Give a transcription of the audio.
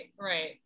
Right